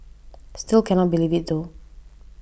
still cannot believe it though